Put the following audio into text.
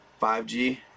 5G